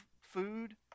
food